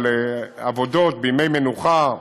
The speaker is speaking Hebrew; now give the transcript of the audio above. על עבודות בימי מנוחה,